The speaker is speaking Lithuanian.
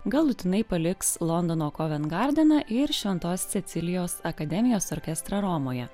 galutinai paliks londonokoven gardeną garbaną ir šventos cecilijos akademijos orkestrą romoje